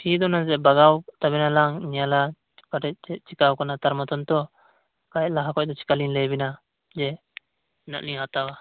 fee ᱫᱚ ᱪᱮᱠᱟᱞᱤᱧ ᱞᱟᱹᱭ ᱟᱵᱮᱱᱟ ᱞᱟᱦᱟ ᱠᱷᱚᱡ ᱫᱚ ᱵᱟᱜᱟᱣ ᱠᱟᱛᱟ ᱵᱮᱱᱟᱞᱤᱧ ᱛᱟᱨᱯᱚᱨᱮ ᱛᱚ ᱵᱟᱠᱷᱟᱡ ᱞᱟᱦᱟ ᱠᱷᱚᱱ ᱫᱚ ᱪᱮᱠᱟᱞᱤᱧ ᱞᱟᱹᱭᱟᱵᱤᱱᱟ ᱛᱤᱱᱟᱹᱜ ᱞᱤᱧ ᱦᱟᱛᱟᱣᱟ